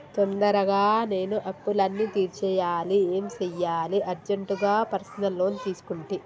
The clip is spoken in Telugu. తొందరగా నేను అప్పులన్నీ తీర్చేయాలి ఏం సెయ్యాలి అర్జెంటుగా పర్సనల్ లోన్ తీసుకుంటి